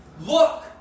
Look